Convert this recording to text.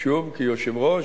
שוב כיושב-ראש,